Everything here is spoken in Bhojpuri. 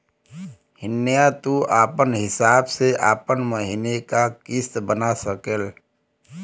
हिंया तू आपन हिसाब से आपन महीने का किस्त बना सकेल